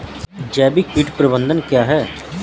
जैविक कीट प्रबंधन क्या है?